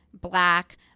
black